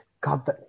God